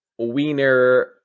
wiener